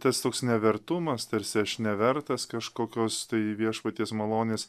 tas toks nevertumas tarsi aš nevertas kažkokios tai viešpaties malonės